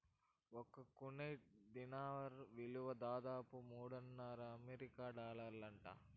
ఒక్క Kuwait dinar ఇలువ దాదాపు మూడున్నర అమెరికన్ డాలర్లంట